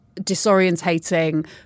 disorientating